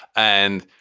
and.